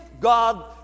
God